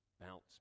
bounce